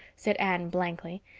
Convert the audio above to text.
said anne blankly.